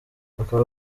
bakaba